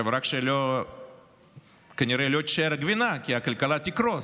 רק שכנראה לא תישאר גבינה, כי הכלכלה תקרוס,